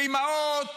של אימהות?